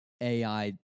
AI